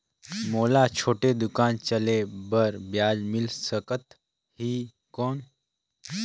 मोला छोटे दुकान चले बर ब्याज मिल सकत ही कौन?